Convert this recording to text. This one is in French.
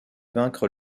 vaincre